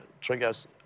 triggers